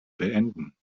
beenden